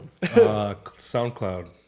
SoundCloud